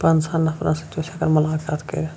پنٛژہن نفرَن سۭتۍ اوس ہیٚکان مُلاقات کٔرِتھ